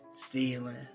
stealing